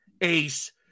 Ace